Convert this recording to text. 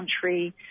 country